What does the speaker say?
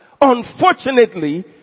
unfortunately